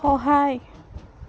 সহায়